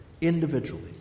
individually